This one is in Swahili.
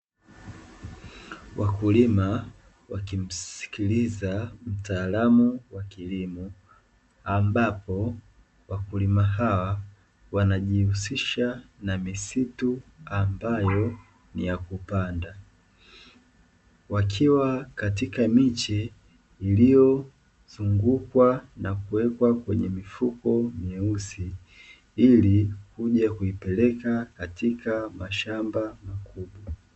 Wakulima wakimskiliza mtaalamu wa kilimo, ambapo wakulima hawa wanajihusisha na misitu ambayo ni ya kupanda. Wakiwa katika miche iliyozungukwa na kuwekwa kwenye mifuko mieusi ili kuja kuipeleka katika mashamba makubwa.